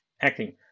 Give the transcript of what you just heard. acting